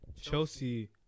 Chelsea